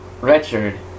Richard